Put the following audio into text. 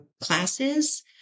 classes